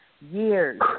Years